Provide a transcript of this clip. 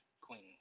queens